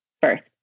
first